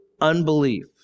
unbelief